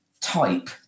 type